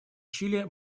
чили